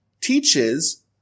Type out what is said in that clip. teaches